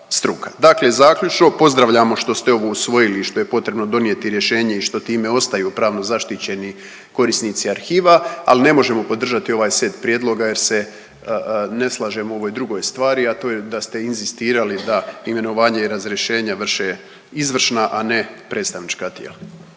Dakle, zaključno, pozdravljamo što ste ovo usvojili i što je potrebno donijeti rješenje i što time ostaju pravno zaštićeni korisnici arhiva, ali ne možemo podržati ovaj set prijedloga jer se ne slažemo u ovoj drugoj stvari, a to je da ste inzistirali da imenovanja i razrješenja vrše izvršna, a ne predstavnička tijela.